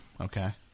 okay